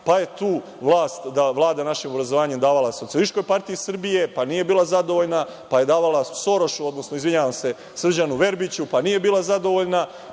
pa je tu vlast da vlada našim obrazovanje davala SPS, pa nije bila zadovoljna, pa je davala „sorošu“, odnosno izvinjavam se Srđanu Verbiću, pa nije bila zadovoljna,